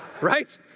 Right